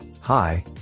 hi